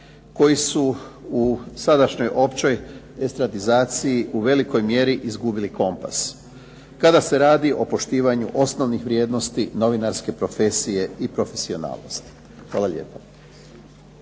koji su u sadašnjoj općoj estradizaciji u velikoj mjeri izgubili kompas kada se radi o poštivanju osnovnih vrijednosti novinarske profesije i profesionalnosti. Hvala lijepo.